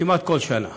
כמעט כל שנה